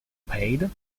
paid